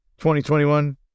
2021